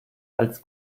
als